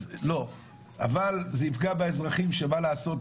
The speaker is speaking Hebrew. אבל זה יפגע באזרחים שמה לעשות,